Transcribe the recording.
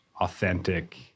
authentic